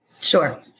Sure